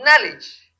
knowledge